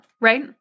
right